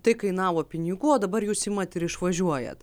tai kainavo pinigų o dabar jūs imat ir išvažiuojat